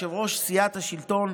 יו"ר סיעת השלטון,